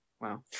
Wow